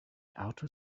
auto